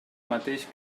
mateix